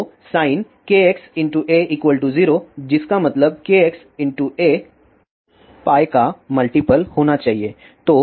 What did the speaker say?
तो sin kxa0 जिसका मतलब kxa π का मल्टीप्ल होना चाहिए